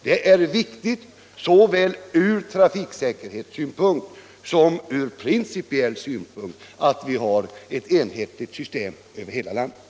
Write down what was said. Det är viktigt från såväl trafiksäkerhetssynpunkt SG ;| ES Onsdagen den som principiell synpunkt att vi har ett enhetligt system över hela landet.